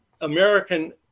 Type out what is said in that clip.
American